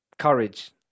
Courage